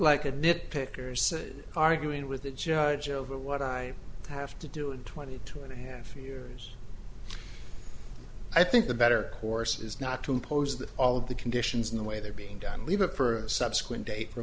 like a nit pickers arguing with the judge over what i have to do in twenty two and for years i think the better course is not to impose that all of the conditions in the way they're being done leave it for a subsequent date